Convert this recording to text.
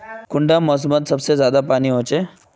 कुंडा मोसमोत सबसे ज्यादा पानी होचे?